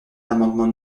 l’amendement